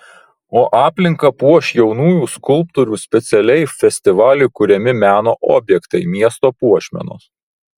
o aplinką puoš jaunųjų skulptorių specialiai festivaliui kuriami meno objektai miesto puošmenos